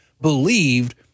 believed